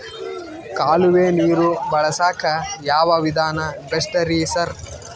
ಕಾಲುವೆ ನೀರು ಬಳಸಕ್ಕ್ ಯಾವ್ ವಿಧಾನ ಬೆಸ್ಟ್ ರಿ ಸರ್?